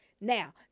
Now